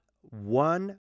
one